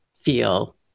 feel